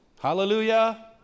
Hallelujah